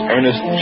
Ernest